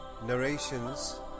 narrations